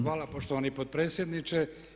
Hvala poštovani potpredsjedniče.